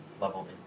level